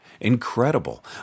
incredible